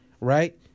right